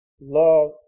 love